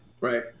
Right